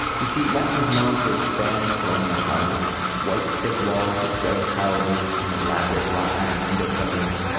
you see, neff was known for his spanish colonial houses white, thick walls with red tile roofs, and elaborate wrought iron window coverings.